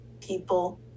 people